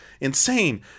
insane